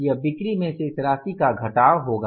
यह बिक्री में से इस राशि का घटाव होगा